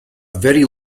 very